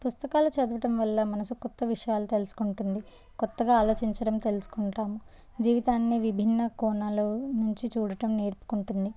పుస్తకాలు చదవటం వల్ల మనసు క్రొత్త విషయాలు తెలుసుకుంటుంది క్రొత్తగా ఆలోచించడం తెలుసుకుంటాము జీవితాన్ని విభిన్న కోణాల నుంచి చూడటం నేర్చుకుంటుంది